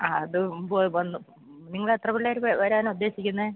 ആ അത് മുമ്പ് വന്നു നിങ്ങൾ എത്ര പിള്ളേര് വരാനാണ് ഉദ്ദേശിക്കുന്നത്